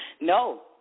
No